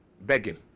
begging